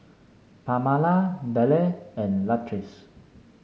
Pamala Dale and Latrice